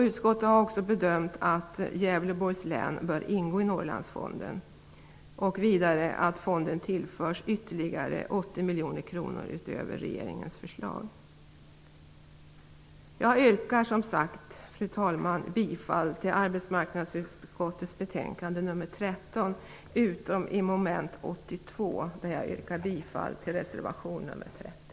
Utskottet har också bedömt att Gävleborgs län bör ingå i Norrlandsfonden och vidare att fonden tillförs ytterligare 80 miljoner kronor utöver regeringens förslag. Fru talman! Jag yrkar, som sagt, bifall till hemställan i arbetsmarknadsutskottets betänkande nr 13 förutom mom. 82 där jag yrkar bifall till reservation nr 30.